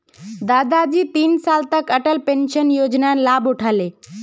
दादाजी तीन साल तक अटल पेंशन योजनार लाभ उठा ले